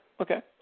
okay